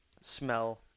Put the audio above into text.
smell